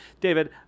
David